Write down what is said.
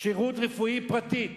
שירות רפואי פרטי.